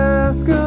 ask